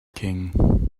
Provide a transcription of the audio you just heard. king